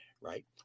right